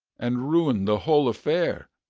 and ruined the whole affair.